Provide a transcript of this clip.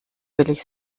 billig